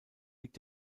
liegt